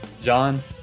John